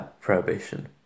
prohibition